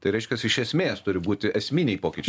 tai reiškias iš esmės turi būti esminiai pokyčiai